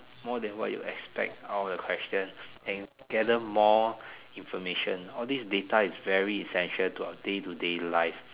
more than what you expect out of the question and gather more information all these data is very essential to our day to day life